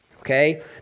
Okay